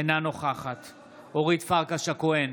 אינה נוכחת אורית פרקש הכהן,